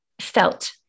felt